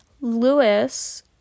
lewis